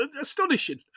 astonishing